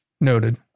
Noted